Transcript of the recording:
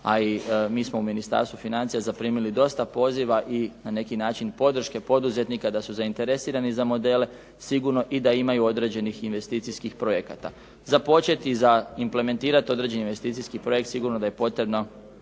a i mi smo u Ministarstvu financija zaprimili dosta poziva i na neki način podrške poduzetnika da su zainteresirani za modele, sigurno i da imaju određenih investicijskih projekata. Za početi implementirati određeni investicijski projekt sigurno da je potrebno